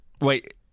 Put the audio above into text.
Wait